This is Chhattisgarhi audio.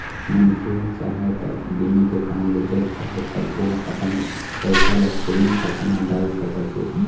मनखे ह चाहय त डीमैट अकाउंड ले जब चाहे तब ओहा अपन पइसा ल सेंविग खाता म डाल सकथे